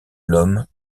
l’homme